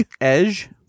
edge